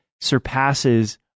surpasses